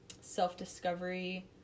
self-discovery